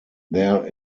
there